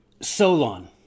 Solon